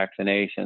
vaccinations